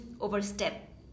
overstep